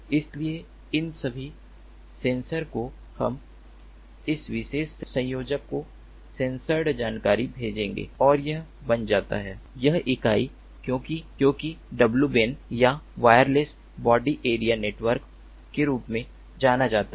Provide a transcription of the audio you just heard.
इसलिए इन सभी सेंसर को हम इस विशेष संयोजक को सेंसर्ड जानकारी भेजेंगे और यह बन जाता है यह इकाई क्योंकि w ban या वायरलेस बॉडी एरिया नेटवर्क के रूप में जाना जाता है